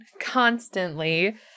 constantly